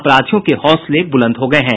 अपराधियों के हौसले बुलंद हो गये हैं